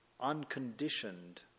unconditioned